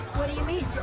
what do you mean?